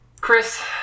Chris